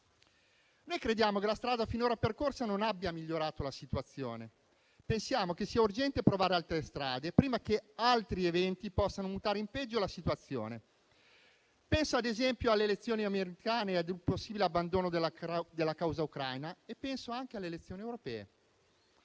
Noi crediamo che la strada finora percorsa non abbia migliorato la situazione. Pensiamo che sia urgente provare altre strade prima che altri eventi possano mutare in peggio la situazione. Penso, ad esempio, alle elezioni americane e a un possibile abbandono della causa ucraina e anche alle elezioni europee.